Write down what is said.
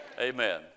Amen